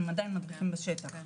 הם עדיין מדריכים בשטח.